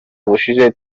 ubushize